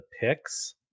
picks